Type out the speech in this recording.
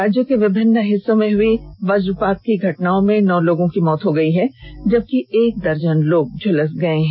राज्य के विभिन्न हिस्सों में हई वजपात की घटना में नौ लोगों की मौत हो गई जबकि एक दर्जन लोग झूलस गए हैं